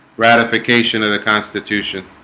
ratification of the constitution